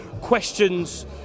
questions